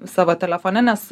savo telefone nes